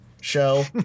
show